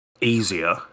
easier